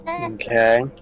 Okay